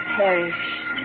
perished